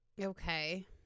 okay